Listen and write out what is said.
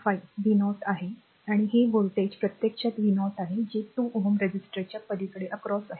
5 v0आहे आणि हे व्होल्टेज प्रत्यक्षात v0 आहे जे 2 ohm रेझिस्टरच्या पलीकडे आहे